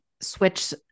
switch